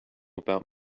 about